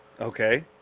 Okay